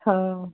ਹਾਂ